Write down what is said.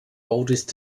oldest